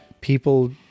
people